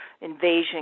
invasion